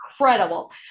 incredible